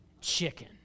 chicken